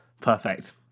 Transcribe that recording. Perfect